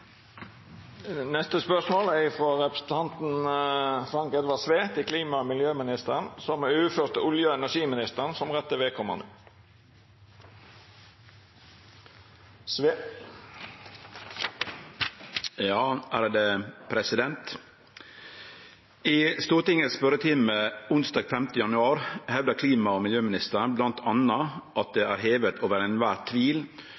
representanten Frank Edvard Sve til klima- og miljøministeren, er overført til olje- og energiministeren som rette vedkomande. «I Stortingets spørretime onsdag 5. januar hevdet klima- og miljøministeren blant annet at det er «hevet over enhver tvil